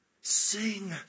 Sing